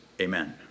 Amen